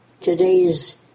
today's